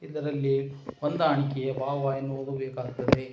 ಇದರಲ್ಲಿ ಹೊಂದಾಣಿಕೆಯ ಭಾವ ಎನ್ನುವುದು ಬೇಕಾಗ್ತದೆ